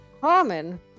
Common